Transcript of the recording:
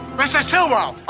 mr. stillwell!